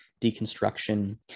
deconstruction